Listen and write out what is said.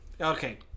Okay